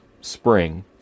spring